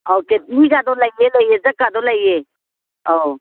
ꯑꯧ ꯀꯦꯠꯇꯂꯤꯒꯗꯣ ꯂꯩꯌꯦ ꯂꯩꯌꯦ ꯖꯛꯀꯗꯣ ꯂꯩꯌꯦ ꯑꯧ